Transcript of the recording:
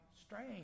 strange